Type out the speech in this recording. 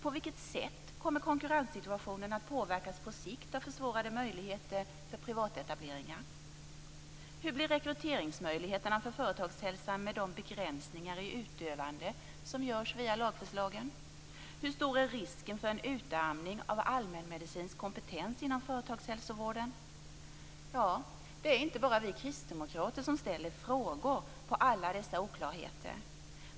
På vilket sätt kommer konkurrenssituationen att påverkas på sikt av försvårade möjligheter för privatetableringar? Hur blir rekryteringsmöjligheterna för företagshälsovården med de begränsningar i utövande som görs via lagförslagen? Hur stor är risken för en utarmning av allmänmedicinsk kompetens inom företagshälsovården? Det är inte bara vi kristdemokrater som ställer frågor över alla dessa oklarheter.